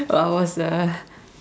I was a